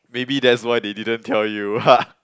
maybe that's why they didn't tell you